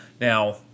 Now